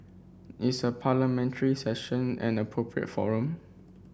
is a Parliamentary Session an appropriate forum